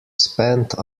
spent